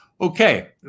Okay